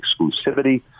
exclusivity